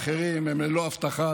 וכל הצירים האחרים הם ללא אבטחה,